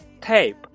TAPE